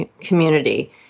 community